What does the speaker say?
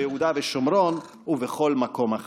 ביהודה ושומרון ובכל מקום אחר.